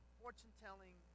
fortune-telling